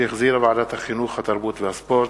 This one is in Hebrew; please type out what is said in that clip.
שהחזירה ועדת החינוך, התרבות והספורט,